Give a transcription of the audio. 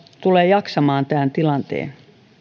tulee jaksamaan tässä tilanteessa